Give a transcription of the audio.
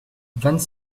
vingt